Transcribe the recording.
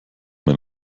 mein